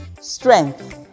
strength